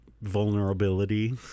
vulnerability